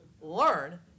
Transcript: Learn